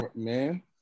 man